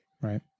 Right